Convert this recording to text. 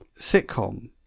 sitcom